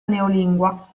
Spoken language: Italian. neolingua